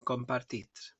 compartits